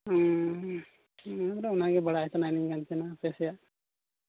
ᱦᱮᱸ ᱦᱮᱸ ᱚᱱᱟᱜᱮ ᱵᱟᱲᱟᱭ ᱥᱟᱱᱟᱭᱤᱫᱤᱧ ᱠᱟᱱ ᱛᱟᱦᱮᱱᱟ ᱟᱯᱮ ᱥᱮᱫ